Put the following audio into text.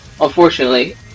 unfortunately